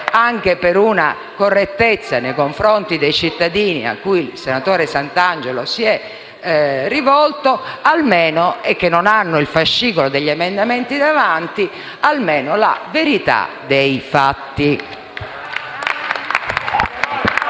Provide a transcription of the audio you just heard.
anche per una correttezza nei confronti dei cittadini a cui il senatore Santangelo si è rivolto e che non hanno il fascicolo degli emendamenti davanti, la verità dei fatti.